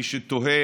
מי שתוהה